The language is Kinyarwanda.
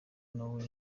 nawe